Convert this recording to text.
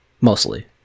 Mostly